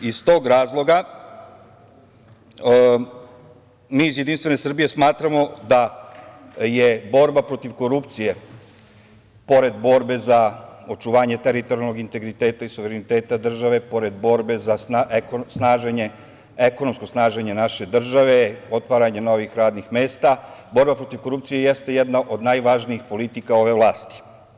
Iz tog razloga, mi iz JS smatramo da je borba protiv korupcije, pored borbe za očuvanje teritorijalnog integriteta i suvereniteta države, pored borbe za ekonomsko snaženje naše države, otvaranje novih radnih mesta, borba protiv korupcije jeste jedna od najvažnijih politika ove vlasti.